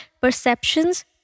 perceptions